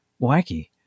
Wacky